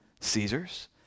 Caesar's